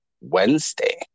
Wednesday